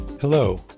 Hello